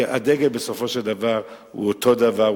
כי הדגל בסופו של דבר הוא אותו דבר,